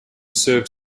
serve